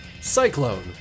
cyclone